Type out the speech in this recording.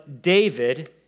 David